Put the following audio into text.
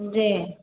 जी